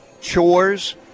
chores